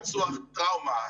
פצוע טראומה,